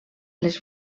les